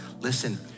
Listen